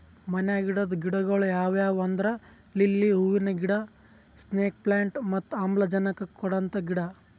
ಮನ್ಯಾಗ್ ಇಡದ್ ಗಿಡಗೊಳ್ ಯಾವ್ಯಾವ್ ಅಂದ್ರ ಲಿಲ್ಲಿ ಹೂವಿನ ಗಿಡ, ಸ್ನೇಕ್ ಪ್ಲಾಂಟ್ ಮತ್ತ್ ಆಮ್ಲಜನಕ್ ಕೊಡಂತ ಗಿಡ